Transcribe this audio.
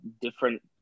different